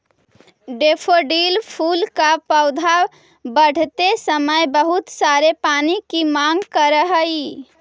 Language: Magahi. डैफोडिल फूल का पौधा बढ़ते समय बहुत सारे पानी की मांग करअ हई